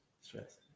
stress